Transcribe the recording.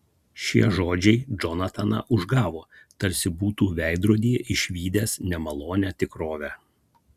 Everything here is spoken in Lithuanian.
šie žodžiai džonataną užgavo tarsi būtų veidrodyje išvydęs nemalonią tikrovę